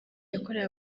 yakorewe